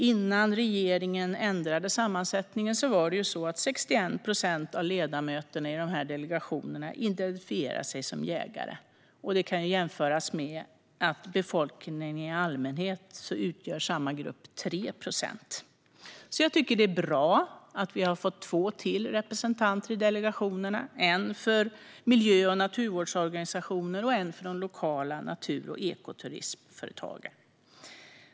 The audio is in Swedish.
Innan regeringen ändrade sammansättningen identifierade sig 61 procent av ledamöterna i delegationerna som jägare. Det kan jämföras med att samma grupp i befolkningen i allmänhet utgör 3 procent. Jag tycker att det är bra att vi har fått ytterligare två representanter i delegationerna, en för miljö och naturvårdsorganisationer och en för de lokala natur och ekoturistföretagen.